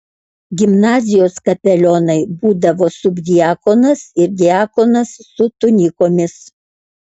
gimnazijos kapelionai būdavo subdiakonas ir diakonas su tunikomis